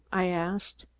i asked.